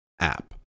app